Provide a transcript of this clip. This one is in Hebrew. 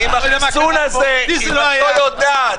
אם את לא יודעת,